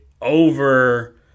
over